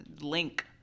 link